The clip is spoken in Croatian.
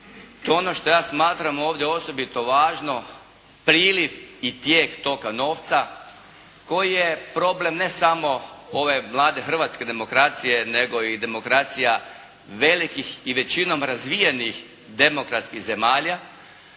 To je ono što ja smatram ovdje osobito važno priliv i tijek toka novca koji je problem ne samo ove mlade hrvatske demokracije nego i demokracija velikih i većinom razvijenih demokratskih zemalja